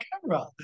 camera